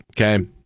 Okay